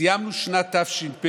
סיימנו את שנת התש"ף,